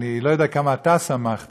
אני לא יודע כמה אתה שמחת,